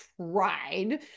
tried